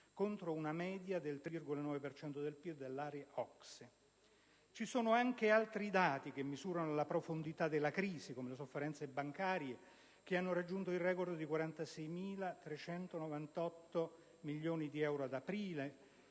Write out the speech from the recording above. contro una media del 3,9 per cento del PIL dell'area OCSE. Ci sono anche altri dati che misurano la profondità della crisi, come le sofferenze bancarie, che hanno raggiunto il record di 46.398 milioni di euro ad aprile